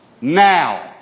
now